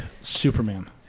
Superman